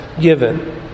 given